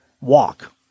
Walk